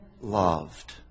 loved